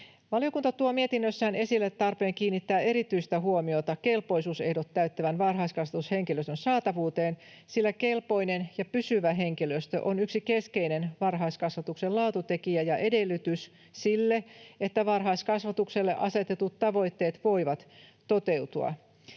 Valiokunta tuo mietinnössään esille tarpeen kiinnittää erityistä huomiota kelpoisuusehdot täyttävän varhaiskasvatushenkilöstön saatavuuteen, sillä kelpoinen ja pysyvä henkilöstö on yksi keskeinen varhaiskasvatuksen laatutekijä ja edellytys sille, että varhaiskasvatukselle asetetut tavoitteet voivat toteutua.